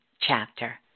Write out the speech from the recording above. chapter